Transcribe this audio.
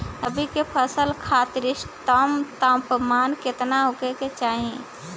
रबी क फसल खातिर इष्टतम तापमान केतना होखे के चाही?